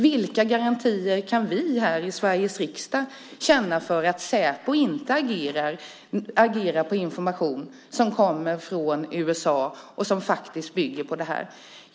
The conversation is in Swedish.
Vilka garantier kan vi här i Sveriges riksdag ge för att Säpo inte agerar på information som kommer från USA och som bygger på detta?